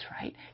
right